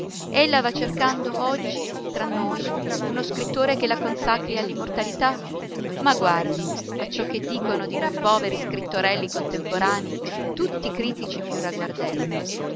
ella va cercando oggi tra noi uno scrittore che la consacri all'immortalità ma guardi a ciò che dicono di noi poveri scrittorelli contemporanei tutti i critici più ragguardevoli